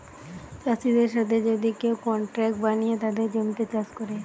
চাষিদের সাথে যদি কেউ কন্ট্রাক্ট বানিয়ে তাদের জমিতে চাষ করে